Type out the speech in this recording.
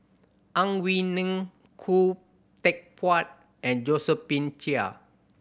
Ang Wei Neng Khoo Teck Puat and Josephine Chia